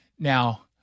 Now